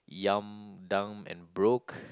young dumb and broke